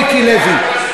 מיקי לוי,